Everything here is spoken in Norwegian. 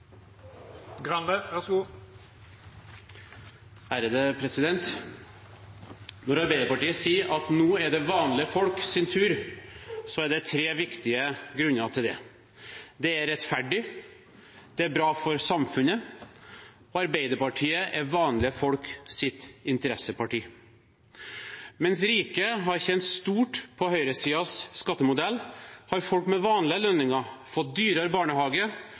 tre viktige grunner til det: Det er rettferdig, det er bra for samfunnet, og Arbeiderpartiet er vanlige folks interesseparti. Mens rike har tjent stort på høyresidens skattemodell, har folk med vanlige lønninger fått dyrere barnehage.